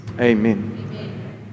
Amen